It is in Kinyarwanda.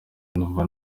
ndumva